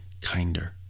kinder